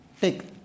take